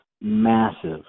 Massive